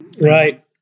Right